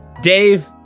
Dave